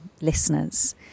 listeners